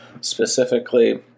specifically